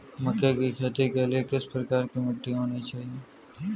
मक्के की खेती के लिए किस प्रकार की मिट्टी होनी चाहिए?